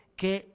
che